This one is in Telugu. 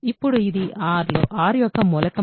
ఇప్పుడు ఇది R యొక్క మూలకమా